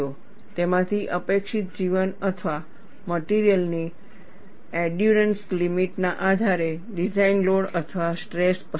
તેમાંથી અપેક્ષિત જીવન અથવા મટિરિયલ ની એંડયૂરન્સ લિમિટ ના આધારે ડિઝાઇન લોડ અથવા સ્ટ્રેસ પસંદ કરો